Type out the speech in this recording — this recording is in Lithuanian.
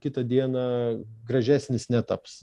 kitą dieną gražesnis netaps